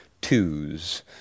twos